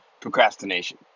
procrastination